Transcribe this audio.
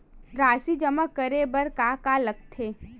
राशि जमा करे बर का का लगथे?